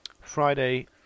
Friday